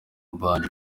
mbanje